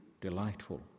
delightful